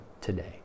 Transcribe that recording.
today